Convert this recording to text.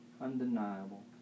undeniable